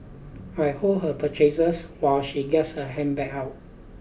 I hold her purchases while she gets her handbag out